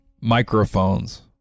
Microphones